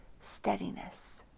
steadiness